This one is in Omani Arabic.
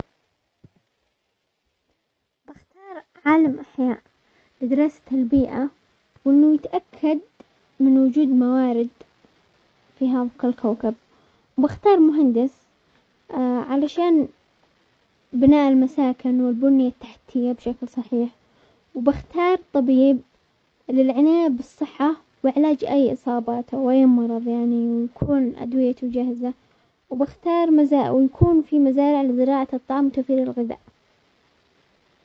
بختارعالم احياء لدراسة البيئة وانه يتأكد من وجود موارد في هاك الكوكب، بختار مهندس علشان بناء المساكن والبنية التحتية بشكل صحيح، وبختار طبيب للعناية بالصحة وعلاج اي اصابات او اي مرض يعني يكون ادويته جاهزة، وبختار- ويكون في مزارع لزراعة الطعم وتوفير الغذاء.